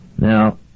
Now